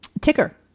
ticker